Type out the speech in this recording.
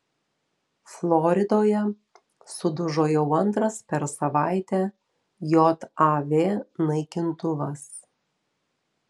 floridoje sudužo jau antras per savaitę jav naikintuvas